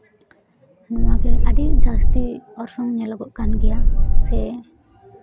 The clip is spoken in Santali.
ᱱᱚᱣᱟᱜᱮ ᱟᱹᱰᱤ ᱡᱟᱹᱥᱛᱤ ᱚᱨᱥᱚᱝ ᱧᱮᱞᱚᱜᱚᱜ ᱠᱟᱱ ᱜᱮᱭᱟ ᱥᱮ